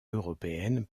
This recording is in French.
européenne